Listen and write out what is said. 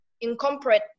incorporate